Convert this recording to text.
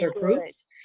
groups